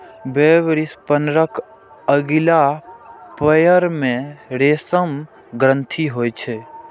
वेबस्पिनरक अगिला पयर मे रेशम ग्रंथि होइ छै